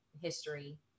history